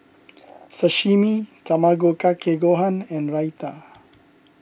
Sashimi Tamago Kake Gohan and Raita